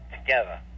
together